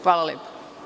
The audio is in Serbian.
Hvala lepo.